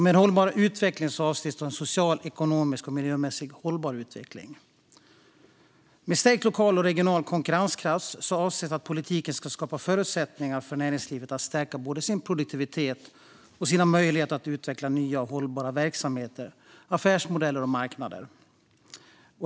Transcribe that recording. Med hållbar utveckling avses en socialt, ekonomiskt och miljömässigt hållbar utveckling. Med stärkt lokal och regional konkurrenskraft avses att politiken ska skapa förutsättningar för näringslivet att stärka både sin produktivitet och sina möjligheter att utveckla nya och hållbara verksamheter, affärsmodeller och marknader.